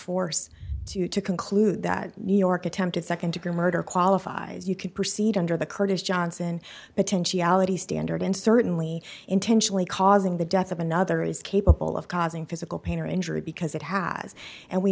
force two to conclude that new york attempted nd degree murder qualifies you could proceed under the kurdish johnson potentiality standard and certainly intentionally causing the death of another is capable of causing physical pain or injury because it has yes and we